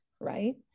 right